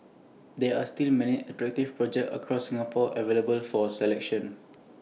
there are still many attractive projects across Singapore available for selection